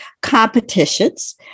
competitions